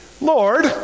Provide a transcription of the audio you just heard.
Lord